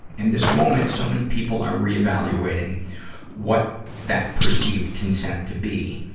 in this moment, so many people are re-evaluating what that perceived consent to be,